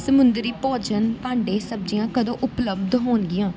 ਸਮੁੰਦਰੀ ਭੋਜਨ ਭਾਂਡੇ ਸਬਜ਼ੀਆਂ ਕਦੋਂ ਉਪਲਬਧ ਹੋਣਗੀਆਂ